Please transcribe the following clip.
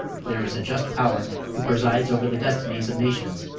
there is a just power who presides over the destinies of nations,